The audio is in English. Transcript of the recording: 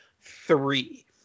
three